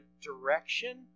direction